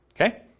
okay